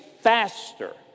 faster